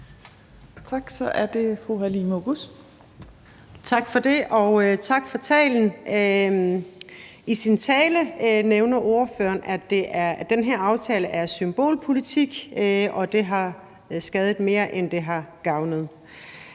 Tak for det, og tak for talen. I sin tale nævner ordføreren, at den her aftale er symbolpolitik, og at det har skadet mere, end det har gavnet.